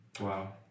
Wow